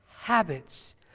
habits